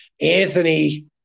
Anthony